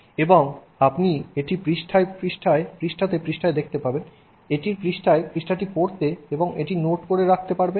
এবং আপনি এটি পৃষ্ঠাতে পৃষ্ঠায় দেখতে পাবেন এটি পৃষ্ঠায় পৃষ্ঠাটি পড়তে এবং এটি নোট করে রাখতে পারবেন